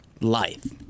life